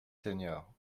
seniors